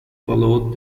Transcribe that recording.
followed